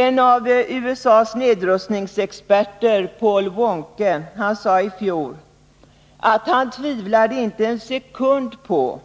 En av USA:s nedrustningsexperter, Paul Waruke, sade i fjol att han inte tvivlade en sekund på